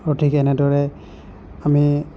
গতিকে এনেদৰে আমি